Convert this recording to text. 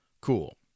cool